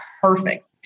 perfect